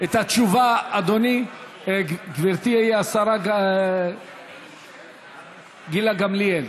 גברתי השרה גילה גמליאל,